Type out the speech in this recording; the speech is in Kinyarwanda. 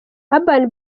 urban